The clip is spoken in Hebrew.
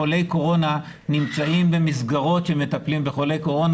חולי קורונה נמצאים במסגרות בהן מטפלים בחולי קורונה,